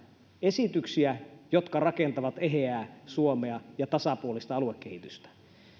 esityksiä jotka rakentavat eheää suomea ja tasapuolista aluekehitystä